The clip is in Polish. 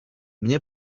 mnie